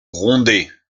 grondait